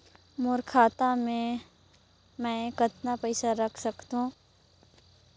मोर खाता मे मै कतना पइसा रख सख्तो?